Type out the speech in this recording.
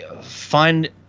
find